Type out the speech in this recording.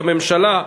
הממשלה,